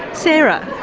sarah.